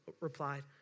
replied